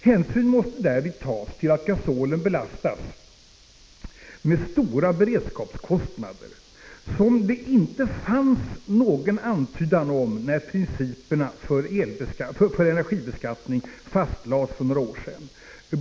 Hänsyn måste därvid tas till att gasolen belastas med stora beredskapskostnader, som det inte fanns någon antydan om när principerna för energibeskattning fastlades för några år sedan.